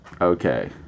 Okay